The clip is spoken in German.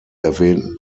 erwähnten